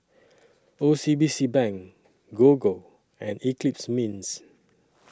O C B C Bank Gogo and Eclipse Mints